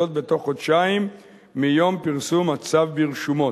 וזאת בתוך חודשיים מיום פרסום הצו ברשומות.